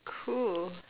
cool